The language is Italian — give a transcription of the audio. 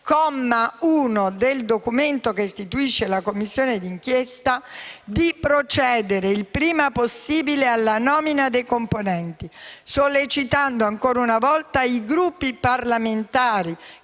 del documento che istituisce la Commissione d'inchiesta, di procedere il prima possibile alla nomina dei componenti, sollecitando ancora una volta i Gruppi parlamentari